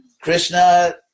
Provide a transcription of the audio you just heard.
Krishna